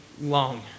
long